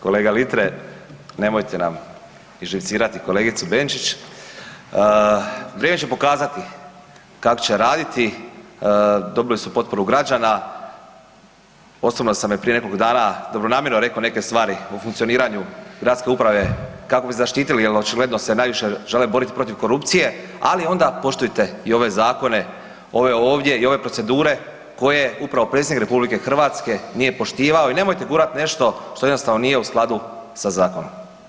Kolega Litre nemojte nam izživcirati kolegicu Benčić, vrijeme će pokazati kako će raditi, dobili su potporu građana, osobno sam joj prije nekoliko dana dobronamjerno rekao neke stvari o funkcioniranju gradske uprave kako bi zaštitili jer očigledno se najviše žele borit protiv korupcije ali onda poštujte i ove zakone, ove ovdje i ove procedure koje upravo predsjednik RH nije poštivao i nemojte gurati nešto što jednostavno nije u skladu sa zakonom.